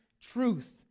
truth